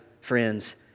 friends